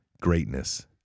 greatness